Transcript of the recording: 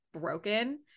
broken